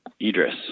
Idris